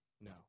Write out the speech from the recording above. No